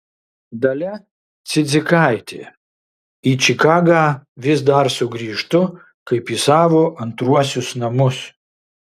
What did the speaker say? dalia cidzikaitė į čikagą vis dar sugrįžtu kaip į savo antruosius namus